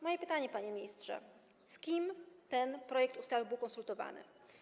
Moje pytanie, panie ministrze: Z kim ten projekt ustawy był konsultowany?